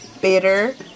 bitter